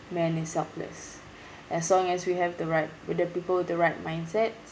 man is helpless as long as we have the right with the people with the right mindset